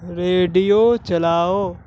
radio چلاؤ